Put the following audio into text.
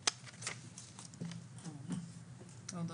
כן,